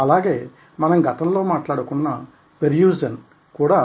అలాగే మనం గతంలో మాట్లాడుకున్న పెర్స్యూజన్ కూడా